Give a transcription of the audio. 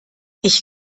ich